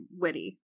witty